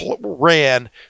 ran